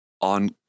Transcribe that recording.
On